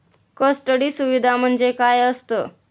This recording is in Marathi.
कस्टडी सुविधा म्हणजे काय असतं?